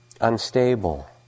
Unstable